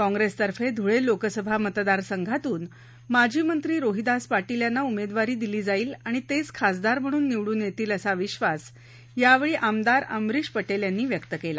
काँप्रेसतर्फे धुळे लोकसभा मतदार संघातून माजी मंत्री रोहिदास पाटील यांना उमेदवारी दिली जाईल आणि तेच खासदार म्हणून निवडून येतील असा विश्वास यावेळी आमदार अमरिश पटेल यांनी व्यक्त केला